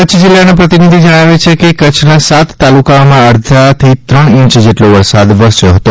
કચ્છ તિલ્લાના પ્રતિનિધિ તણાવે છે કે કચ્છના સાત તાલુકામાં અડધાથી ત્રણ ઇંચ જેટલો વરસાદ વરસ્યો છે